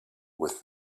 with